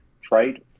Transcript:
trade